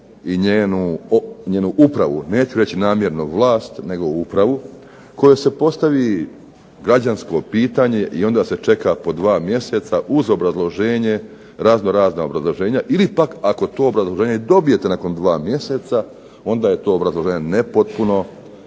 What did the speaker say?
i njenu upravu, neću reći namjerno vlast, nego upravo kojoj se postavi građansko pitanje i onda se čeka dva mjeseca uz obrazloženje razno razna obrazloženja, ili pak ako to obrazloženje dobijete nakon dva mjeseca, onda je nepotpuno